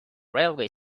railway